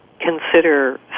consider